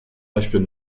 beispiel